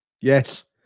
Yes